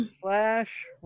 Slash